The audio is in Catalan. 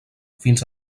fins